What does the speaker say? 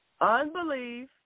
Unbelief